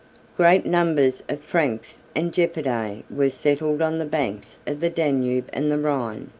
great numbers of franks and gepidae were settled on the banks of the danube and the rhine.